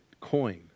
coin